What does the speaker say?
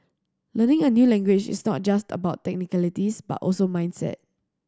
learning a new language is not just about technicalities but also mindset